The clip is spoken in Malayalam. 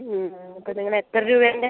ഹ്മ് അപ്പം നിങ്ങൾ എത്ര രൂപേൻറെ